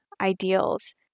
ideals